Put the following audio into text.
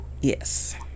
Yes